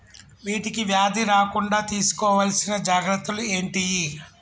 వీటికి వ్యాధి రాకుండా తీసుకోవాల్సిన జాగ్రత్తలు ఏంటియి?